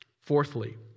Fourthly